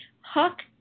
Hook